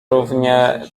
równie